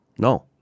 No